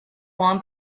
won